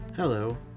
Hello